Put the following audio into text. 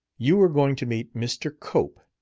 you are going to meet mr. cope.